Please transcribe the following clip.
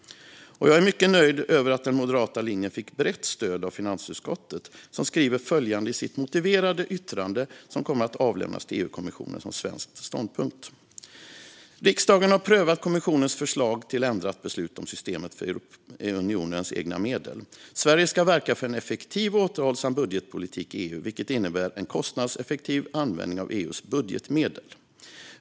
Jag är mycket nöjd med att den moderata linjen fick brett stöd av finansutskottet, som skriver följande i sitt motiverade yttrande som kommer att avlämnas till EU-kommissionen som svensk ståndpunkt: "Riksdagen har prövat kommissionens förslag till ändrat beslut om systemet för Europeiska unionens egna medel . Sverige ska verka för en effektiv och återhållsam budgetpolitik inom EU, vilket innebär en kostnadseffektiv användning av EU:s budgetmedel .